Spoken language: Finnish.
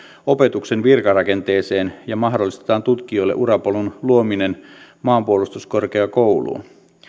opetuksen virkarakenteeseen ja mahdollistetaan tutkijoille urapolun luominen maanpuolustuskorkeakouluun